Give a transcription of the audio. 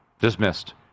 Dismissed